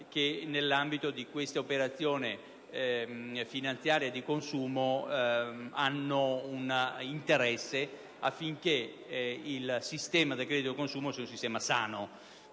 che, nell'ambito di quest'operazione finanziaria e di consumo, hanno un interesse affinché il sistema del credito al consumo sia sano.